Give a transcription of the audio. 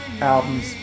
albums